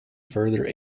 further